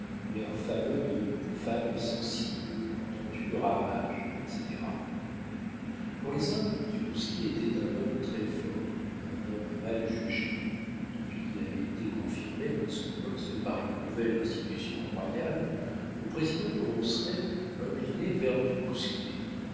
l'air fameux de femme sensible entends-tu le ramage etc pour les uns du bousquier était un homme très-fort un homme mal jugé depuis qu'il avait été confirmé dans son poste par une nouvelle institution royale le président du ronceret inclinait vers du bousquier